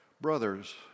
Brothers